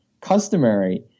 customary